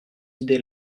idées